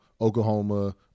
Oklahoma